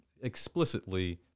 explicitly